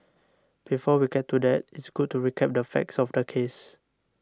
before we get to that it's good to recap the facts of the case